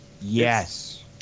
yes